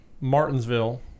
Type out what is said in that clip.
Martinsville